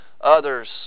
others